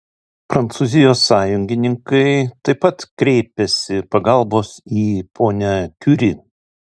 prancūzijos sąjungininkai taip pat kreipiasi pagalbos į ponią kiuri